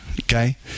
okay